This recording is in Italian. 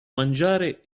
mangiare